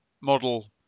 model